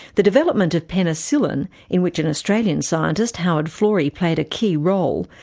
the development of penicillin, in which an australian scientist, howard florey, played a key role,